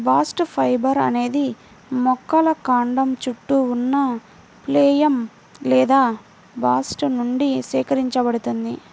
bast fibre అనేది మొక్కల కాండం చుట్టూ ఉన్న ఫ్లోయమ్ లేదా బాస్ట్ నుండి సేకరించబడుతుంది